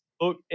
look